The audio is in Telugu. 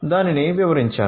దానిని వివరించాను